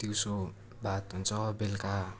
दिउँसो भात हुन्छ बेलुका